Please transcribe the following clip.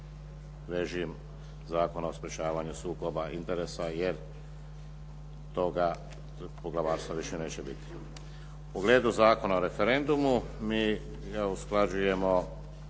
režim Zakona o sprječavanju sukoba interesa jer toga poglavarstva više neće biti. U pogledu Zakona o referendumu mi ga usklađujemo